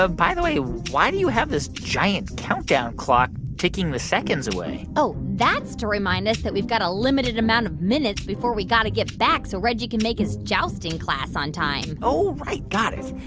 by the way, why do you have this giant countdown clock ticking the seconds away? oh, that's to remind us that we've got a limited amount of minutes before we got to get back, so reggie can make his jousting class on time oh, right. got it.